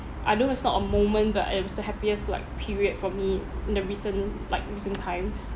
I know it's not a moment but it was the happiest like period for me in the recent like recent times